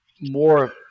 more